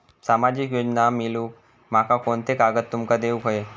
सामाजिक योजना मिलवूक माका कोनते कागद तुमका देऊक व्हये?